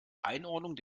einordnung